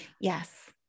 yes